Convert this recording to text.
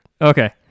Okay